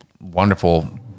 wonderful